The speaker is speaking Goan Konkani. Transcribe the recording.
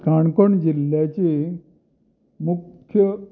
काणकोण जिल्ल्याची मुख्य